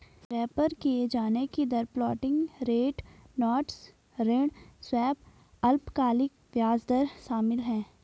refer किये जाने की दर फ्लोटिंग रेट नोट्स ऋण स्वैप अल्पकालिक ब्याज दर शामिल है